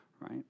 right